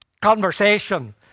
conversation